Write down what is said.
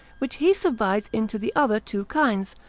which he subdivides into the other two kinds,